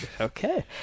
Okay